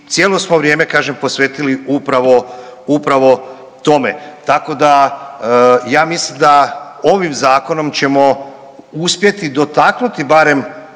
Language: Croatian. cijelo smo vrijeme kažem posvetili upravo, upravo tome. Tako da ovim zakonom ćemo uspjeti dotaknuti barem